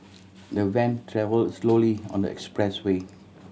the van travelled slowly on the expressway